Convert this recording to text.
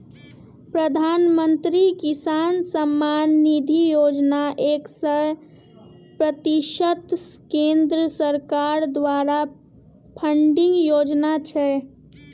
प्रधानमंत्री किसान सम्मान निधि योजना एक सय प्रतिशत केंद्र सरकार द्वारा फंडिंग योजना छै